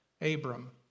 Abram